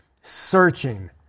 searching